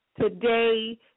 today